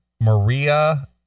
Maria